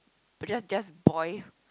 but just just boil